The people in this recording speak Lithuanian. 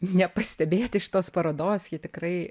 nepastebėti šitos parodos ji tikrai